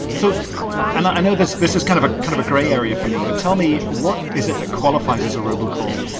so and i know this this is kind of kind of a gray area for me. but tell me what is it that qualifies as a robocall?